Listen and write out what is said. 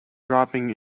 dropping